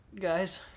guys